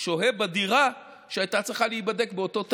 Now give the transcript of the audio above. שוהה בדירה שהייתה צריכה להיבדק באותו תאריך.